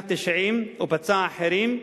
ופצע אחרים,